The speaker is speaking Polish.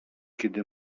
kiedy